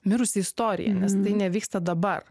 mirusi istorija nes tai nevyksta dabar